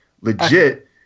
legit